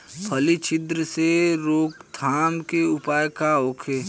फली छिद्र से रोकथाम के उपाय का होखे?